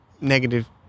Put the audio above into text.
negative